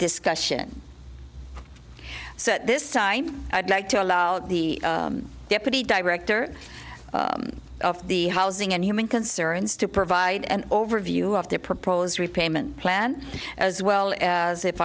discussion so at this time i'd like to allow the deputy director of the housing and human concerns to provide an overview of their proposed repayment plan as well as if